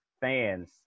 fans